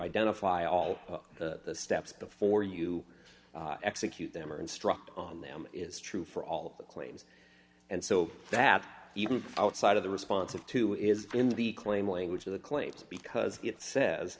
identify all the steps before you execute them or instruct on them is true for all the claims and so that even outside of the response of two is in the claim language of the claims because it says